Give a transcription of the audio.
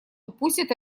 упустит